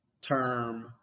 term